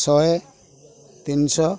ଶହେ ତିନିଶହ